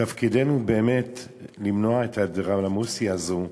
תפקידנו באמת למנוע את האנדרלמוסיה הזאת,